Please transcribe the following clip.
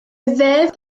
ddeddf